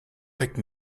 pick